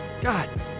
God